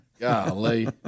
Golly